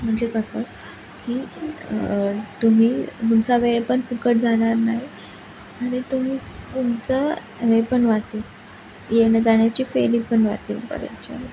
म्हणजे कसं की तुम्ही तुमचा वेळ पण फुकट जाणार नाही आणि तुम्ही तुमचं हे पण वाचेल येण्याजाण्याची फेरी पण वाचेल परत